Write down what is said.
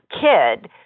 kid